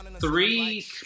three